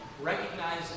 Recognize